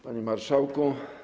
Panie Marszałku!